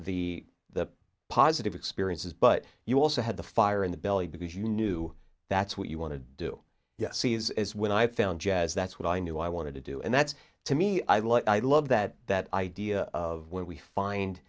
the the positive experiences but you also had the fire in the belly because you knew that's what you want to do yes see is when i found jazz that's what i knew i wanted to do and that's to me i like i love that that idea of when we find